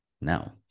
now